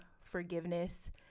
forgiveness